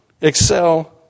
excel